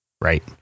Right